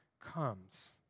comes